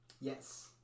Yes